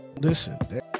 listen